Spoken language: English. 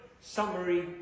summary